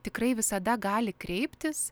tikrai visada gali kreiptis